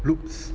loops